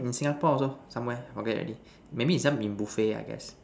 in Singapore also somewhere forget already maybe in some buffet I guess